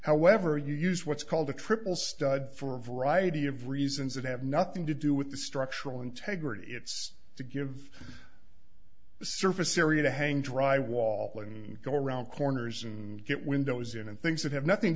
however you use what's called a triple stud for a variety of reasons that have nothing to do with the structural integrity it's to give the surface area to hang dry wall and go around corners and get windows in and things that have nothing to